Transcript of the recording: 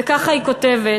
וככה היא כותבת: